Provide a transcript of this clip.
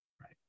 right